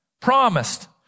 promised